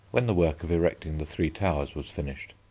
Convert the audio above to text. when the work of erecting the three towers was finished.